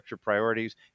Priorities